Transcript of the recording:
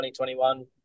2021